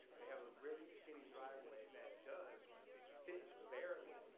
they have a really skinny driveway that does fit barely,